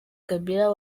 kabila